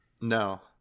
no